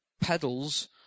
pedals